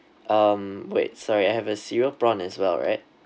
um wait sorry I have a cereal prawn as well right